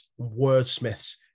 Wordsmiths